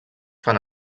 fan